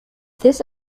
this